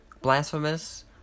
Blasphemous